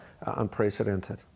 unprecedented